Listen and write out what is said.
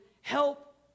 help